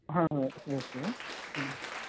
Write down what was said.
हा अस्तु अस्तु